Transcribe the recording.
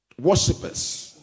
worshippers